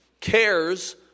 Cares